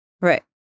Right